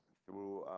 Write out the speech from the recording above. through